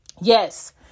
yes